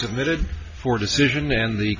submitted for decision and the